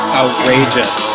outrageous